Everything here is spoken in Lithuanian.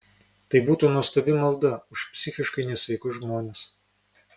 tai būtų nuostabi malda už psichiškai nesveikus žmones